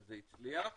וזה הצליח,